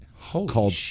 called